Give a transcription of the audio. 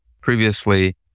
previously